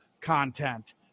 content